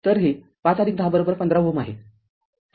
तरहे ५१०१५ Ω आहे